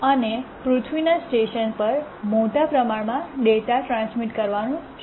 અને પૃથ્વીના સ્ટેશન પર મોટા પ્રમાણમાં ડેટા ટ્રાન્સમિટ કરવાનું શરૂ કર્યું